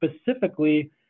specifically